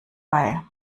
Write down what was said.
bei